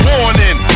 Warning